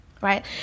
Right